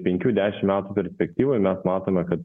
penkių dešim metų perspektyvoj mes matome kad